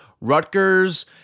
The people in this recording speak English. Rutgers